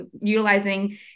utilizing